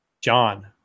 John